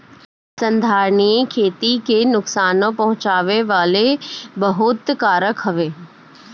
संधारनीय खेती के नुकसानो पहुँचावे वाला बहुते कारक हवे